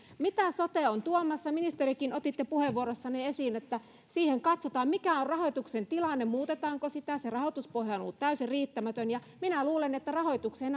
mitä sote on tuomassa tekin ministeri otitte puheenvuorossanne esiin että siinä katsotaan mikä on rahoituksen tilanne muutetaanko sitä se rahoituspohja on ollut täysin riittämätön ja minä luulen että rahoitukseen